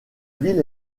ville